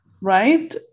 Right